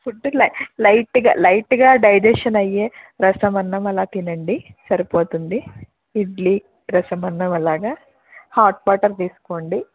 food లై లైట్గా లైట్గా డైజెషన్ అయ్యే రసం అన్నం అలా తినండి సరిపోతుంది ఇడ్లీ రసం అన్నం అలాగా హాట్ వాటర్ తీసుకోండి